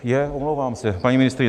Je, omlouvám se, paní ministryně.